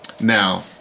Now